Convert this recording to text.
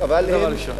זה דבר ראשון.